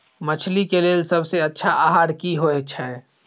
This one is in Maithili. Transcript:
मछली के लेल सबसे अच्छा आहार की होय छै?